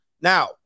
Now